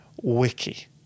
Wiki